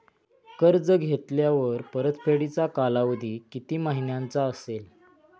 कर्ज घेतल्यावर परतफेडीचा कालावधी किती महिन्यांचा असेल?